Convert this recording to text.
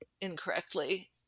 incorrectly